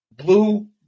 Blue